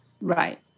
Right